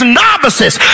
novices